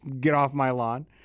get-off-my-lawn